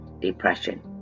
depression